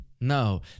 No